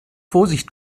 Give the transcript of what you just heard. vorsicht